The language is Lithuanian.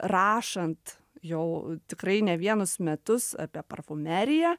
rašant jau tikrai ne vienus metus apie parfumeriją